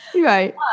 Right